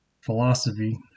philosophy